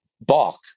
balk